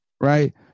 right